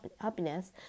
happiness